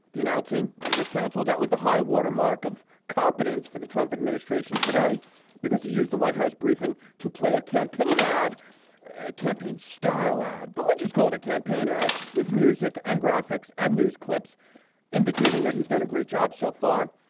the announcing of this council, that was the high watermark of competence for the trump administration today because he used the white house briefing to play a campaign ad ah campaign style ad. but let's just call it a campaign ad. with music and graphics and news clips indicating that he's done a great job so far.